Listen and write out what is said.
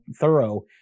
thorough